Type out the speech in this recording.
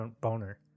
boner